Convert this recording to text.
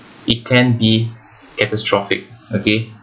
it can be catastrophic okay